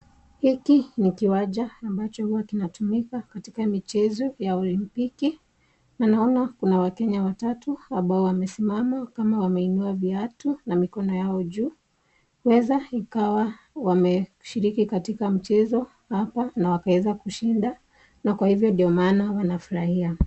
Hiki ni kiwanja ambacho huwa unatumika ya olimpiki . Naona kuna wakenya watatu ambao wamesimama kama wameinua viatu na mikono yao juu. Inaweza ikawa wameshiriki katika mchezo hapa na wakaweza kushinda na kwa hivyo ndo naana wanafurahia.